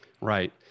Right